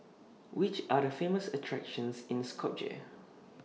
Which Are The Famous attractions in Skopje